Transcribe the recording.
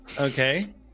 Okay